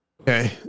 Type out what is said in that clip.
Okay